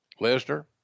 Lesnar